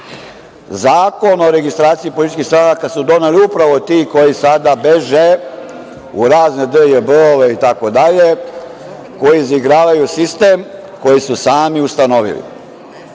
itd. Zakon o registraciji političkih stranaka su doneli upravo ti koji sada beže u razne DJB itd. koji izigravaju sistem, koji su sami ustanovili.